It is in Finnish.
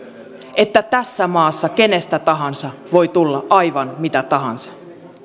että tässä maassa kenestä tahansa voi tulla aivan mitä tahansa